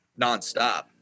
nonstop